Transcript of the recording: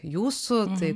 jūsų tai